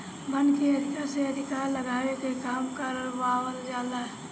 वन के अधिका से अधिका लगावे के काम करवावल जाला